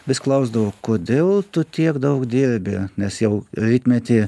vis klausdavau kodėl tu tiek daug dirbi nes jau rytmetį